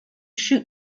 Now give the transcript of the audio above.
shoot